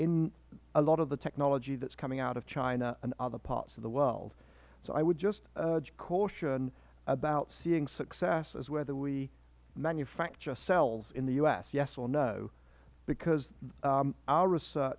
in a lot of the technology that is coming out of china and other parts of the world so i would just urge caution about seeing success as whether we manufacture cells in the u s yes or no because